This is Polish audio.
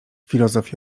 filozof